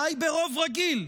די ברוב רגיל.